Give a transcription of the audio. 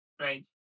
Right